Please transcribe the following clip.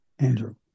Andrew